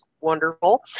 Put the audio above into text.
wonderful